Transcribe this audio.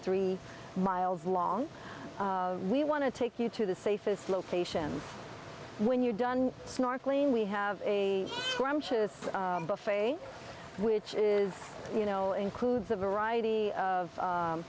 three miles long we want to take you to the safest location when you're done snorkeling we have a buffet which you know includes a variety of